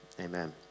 amen